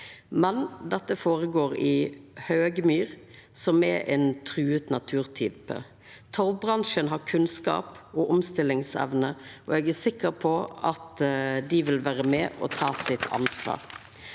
men dette føregår i høgmyr, som er ein trua naturtype. Torvbransjen har kunnskap og omstillingsevne, og eg er sikker på at dei vil vera med og ta sitt ansvar.